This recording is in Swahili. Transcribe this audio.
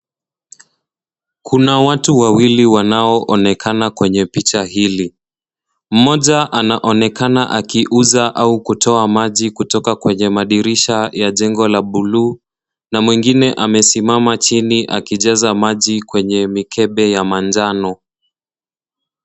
Kuna watu wawili wanaonekana kwenye picha hili mmoja anaonekana akiuza au kutoa maji kutoka kwenye madirisha ya jengo la buluu na mwingine amesimama chini akijaza maji kwenye mikebe ya manjano.